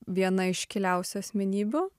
viena iškiliausių asmenybių